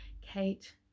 kate